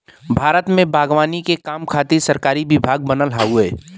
भारत में बागवानी के काम खातिर सरकारी विभाग बनल हउवे